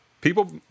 people